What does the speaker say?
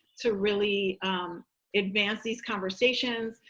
to really advance these conversations,